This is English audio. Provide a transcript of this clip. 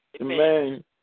Amen